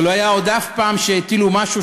שלא היה עוד אף פעם שהטילו משהו,